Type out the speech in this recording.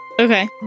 Okay